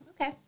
Okay